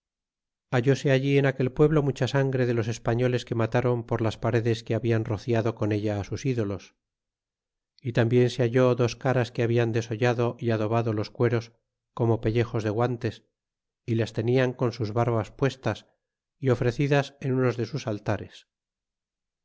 hallóse allí en aquel pueblo mucha sangre de los españoles que mataron por las paredes que haman rociado con ella á sus ídolos y tambien se halló dos caras que hablan desollado y adobado los cueros como pellejos de guantes y las tenian con sus barbas puestas y ofrecidas en unos de sus altares